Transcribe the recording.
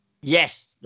yes